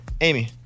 Amy